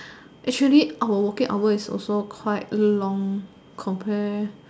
actually our working hour is also quite long compare